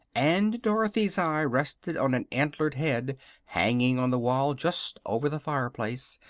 and dorothy's eye rested on an antlered head hanging on the wall just over the fireplace,